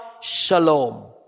Shalom